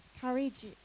courage